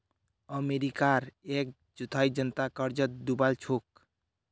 अमेरिकार एक चौथाई जनता कर्जत डूबे छेक